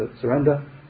surrender